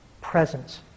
presence